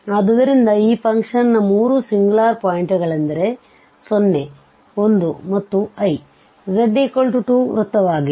ಆದ್ದರಿಂದ ಈ ಫಂಕ್ಷನ್ ನ ಮೂರು ಸಿಂಗ್ಯುಲಾರ ಪಾಯಿಂಟ್ ಗಳೆಂದರೆ 0 1 ಮತ್ತು i z2 ವೃತ್ತವಾಗಿದೆ